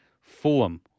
Fulham